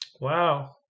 Wow